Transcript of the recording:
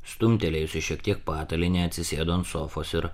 stumtelėjusi šiek tiek patalynę atsisėdo ant sofos ir